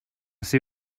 see